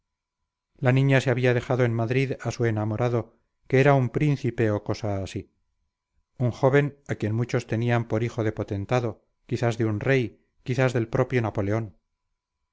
la niña se había dejado en madrid a su enamorado que era un príncipe o cosa así un joven a quien muchos tenían por hijo de potentado quizás de un rey quizás del propio napoleón